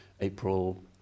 April